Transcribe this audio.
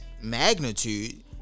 magnitude